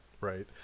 Right